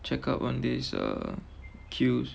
check out on days uh queues